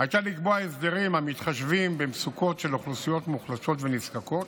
הייתה לקבוע הסדרים המתחשבים במצוקות של אוכלוסיות מוחלשות ונזקקות,